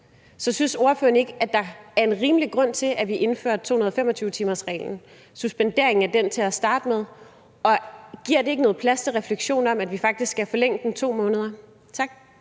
Så synes ordføreren ikke, at der var en rimelig grund til, at vi indførte suspenderingen af 225-timersreglen til at starte med? Og giver det ikke noget plads til en refleksion om, at vi faktisk skal forlænge den 2 måneder? Tak.